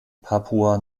papua